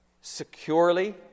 securely